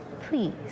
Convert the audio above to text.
Please